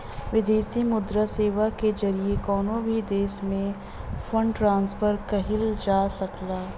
विदेशी मुद्रा सेवा के जरिए कउनो भी देश में फंड ट्रांसफर किहल जा सकला